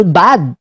bad